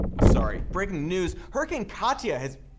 sorry, breaking news, hurricane katia has.